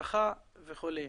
הרווחה וכו'.